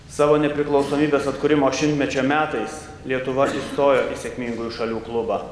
savo nepriklausomybės atkūrimo šimtmečio metais lietuva įstojo į sėkmingųjų šalių klubą